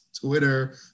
twitter